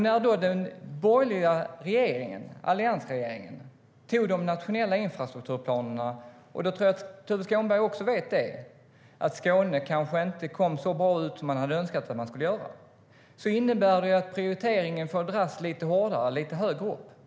När den borgerliga regeringen - alliansregeringen - antog de nationella infrastrukturplanerna kom Skåne kanske inte så bra ut som man hade önskat. Det tror jag att Tuve Skånberg också vet. Prioriteringen blev lite hårdare och drogs lite högre upp.